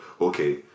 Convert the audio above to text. Okay